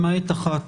למעט אחת,